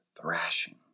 thrashing